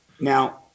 Now